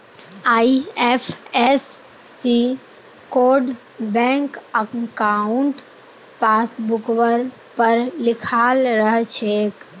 IFSC code bank अंकाउट पासबुकवर पर लिखाल रह छेक